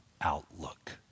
outlook